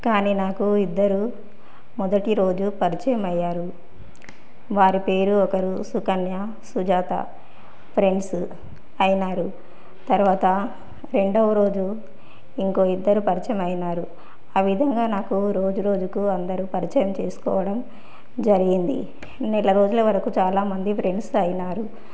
కానీ నాకు ఇద్దరు మొదటి రోజు పరిచయం అయ్యారు వారు పేరు ఒకరు సుకన్య సుజాత ఫ్రెండ్స్ అయినారు తర్వాత రెండవ రోజు ఇంకో ఇద్దరు పరిచయం అయినారు ఆ విధంగా నాకు రోజురోజుకు అందరు పరిచయం చేసుకోవడం జరిగింది నెల రోజులు వరకు చాలామంది ఫ్రెండ్స్ అయినారు